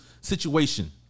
situation